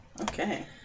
Okay